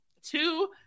Two